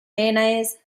mayonnaise